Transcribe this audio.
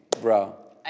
bro